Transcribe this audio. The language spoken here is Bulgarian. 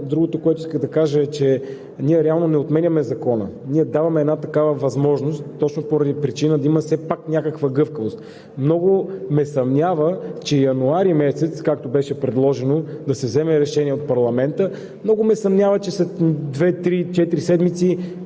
Другото, което исках да кажа, е, че ние реално не отменяме Закона, ние даваме една такава възможност точно поради причината да има все пак някаква гъвкавост. Много ме съмнява, че месец януари, както беше предложено да се вземе решение от парламента, че след две, три, четири седмици